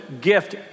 gift